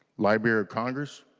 library of congress